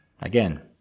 again